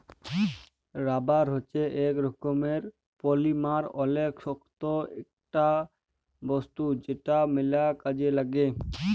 rubber হচ্যে ইক রকমের পলিমার অলেক শক্ত ইকটা বস্তু যেটা ম্যাল কাজে লাগ্যে